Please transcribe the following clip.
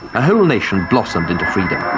a whole nation blossomed into freedom.